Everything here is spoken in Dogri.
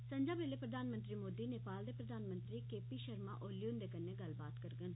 संजा बेल्लै प्रधानमंत्री मोदी नेपाल दे प्रधानमंत्री के पी शर्मा औली हुंदे कन्नै गल्लबात करगंन